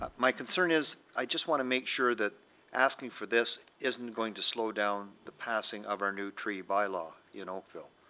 um my concern is i want to make sure that asking for this isn't going to slow down the passing of our new tree by law in oakville.